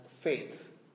faith